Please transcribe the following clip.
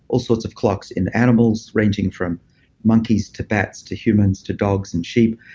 all sorts of clocks in animals ranging from monkeys to bats, to humans, to dogs and sheep.